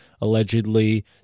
allegedly